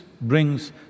brings